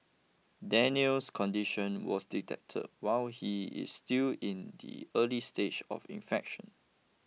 Daniel's condition was detected while he is still in the early stage of infection